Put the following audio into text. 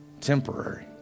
temporary